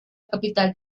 capital